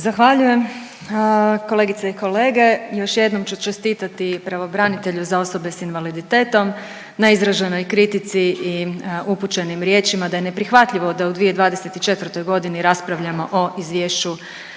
Zahvaljujem. Kolegice i kolege, još jednom ću čestitati pravobranitelju za osobe s invaliditetom na izraženoj kritici i upućenim riječima da je neprihvatljivo da u 2024.g. raspravljamo o izvješću